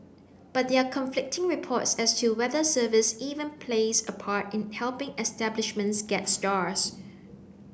but there are conflicting reports as to whether service even plays a part in helping establishments get stars